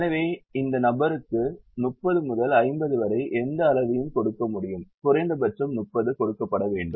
எனவே இந்த நபருக்கு 30 முதல் 50 வரை எந்த அளவையும் கொடுக்க முடியும் குறைந்தபட்சம் 30 கொடுக்கப்பட வேண்டும்